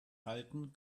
halten